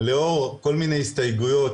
לאור כל מיני ההסתייגויות,